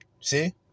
See